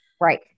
Right